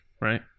right